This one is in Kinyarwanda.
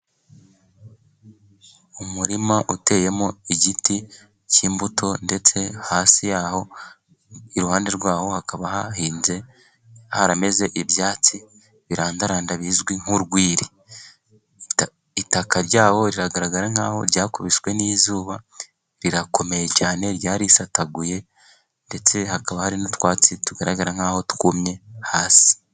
Umurima uteyemo igiti cy'imbuto, ndetse hasi ya ho iruhande rwa ho hakaba hahinze, harameze ibyatsi birandaranda bizwi nk'urwiri, itaka rya wo rigaragara nk'aho ryakubiswe n'izuba, rirakomeye cyane, ryarisataguye, ndetse hakaba hari n'utwatsi tugaragara nk'aho twumye hasi.